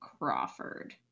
Crawford